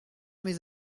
mes